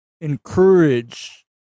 encourage